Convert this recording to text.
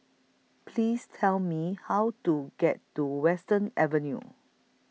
Please Tell Me How to get to Western Avenue